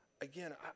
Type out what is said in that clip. again